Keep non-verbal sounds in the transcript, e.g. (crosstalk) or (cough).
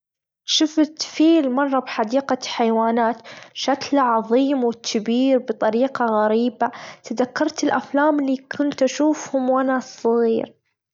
شفت فيل مرة بحديقة حيوانات شكله عظيم وتبير بطريقة غريبة تذكرت الأفلام اللي كنت أشوفهم وأنا صغير. (noise)